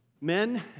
Men